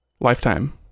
lifetime